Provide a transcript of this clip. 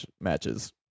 matches